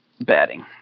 batting